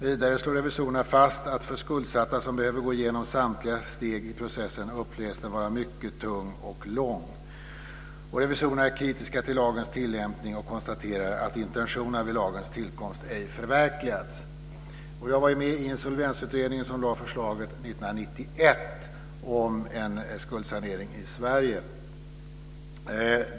Vidare slår revisorerna fast att skuldsatta som behöver gå igenom samtliga steg i processen upplever den vara mycket tung och lång. Revisorerna är kritiska till lagens tillämpning och konstaterar att intentionerna vid lagens tillkomst ej har förverkligats. Jag var med i Insolvensutredningen, som lade fram sitt förslag 1991 om en skuldsanering i Sverige.